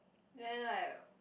then like